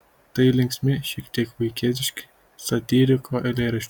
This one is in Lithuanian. tai linksmi šiek tiek vaikėziški satyriko eilėraščiai